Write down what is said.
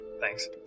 Thanks